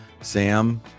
Sam